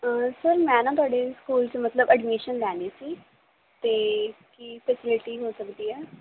sir ਮੈਂ ਨਾ ਤੁਹਾਡੇ ਸਕੂਲ 'ਚ ਮਤਲਬ ਅਡਮਿਸ਼ਨ ਲੈਣੀ ਸੀ ਅਤੇ ਕੀ ਫੈਸਿਲਟੀ ਮਿਲ ਸਕਦੀ ਹੈ